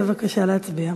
בבקשה להצביע.